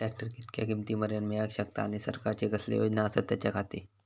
Tractor कितक्या किमती मरेन मेळाक शकता आनी सरकारचे कसले योजना आसत त्याच्याखाती?